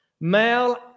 Male